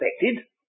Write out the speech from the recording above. expected